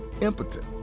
impotent